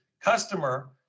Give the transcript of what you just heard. customer